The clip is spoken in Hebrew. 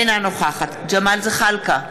אינה נוכחת ג'מאל זחאלקה,